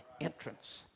entrance